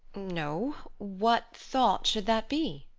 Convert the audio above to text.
no. what thought should that be?